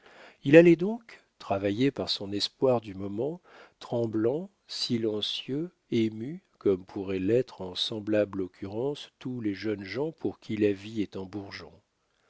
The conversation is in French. il allait donc travaillé par son espoir du moment tremblant silencieux ému comme pourraient l'être en semblable occurrence tous les jeunes gens pour qui la vie est en bourgeon